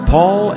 Paul